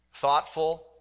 thoughtful